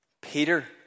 Peter